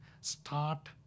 start